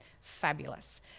fabulous